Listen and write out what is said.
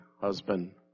husband